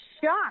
shocked